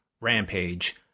rampage